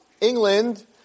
England